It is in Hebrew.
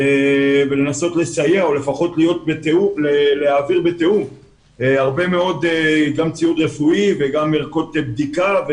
ולנסות לסייע או לפחות להעביר בתיאום גם ציוד רפואי וגם ערכות בדיקה,